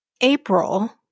April